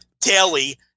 daily